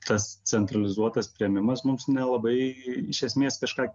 tas centralizuotas priėmimas mums nelabai iš esmės kažką